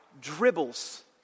dribbles